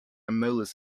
molars